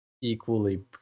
equally